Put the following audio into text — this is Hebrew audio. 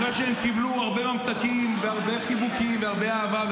אחרי שהם קיבלו הרבה ממתקים והרבה חיבוקים והרבה אהבה.